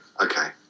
okay